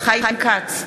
חיים כץ,